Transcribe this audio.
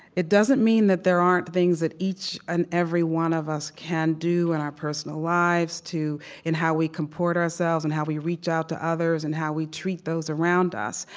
it doesn't mean that there aren't things that each and every one of us can do in our personal lives in how we comport ourselves, and how we reach out to others, and how we treat those around us,